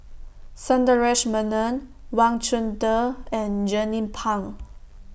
Sundaresh Menon Wang Chunde and Jernnine Pang